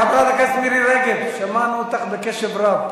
חברת הכנסת מירי רגב, שמענו אותך בקשב רב.